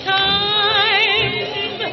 time